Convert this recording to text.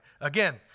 Again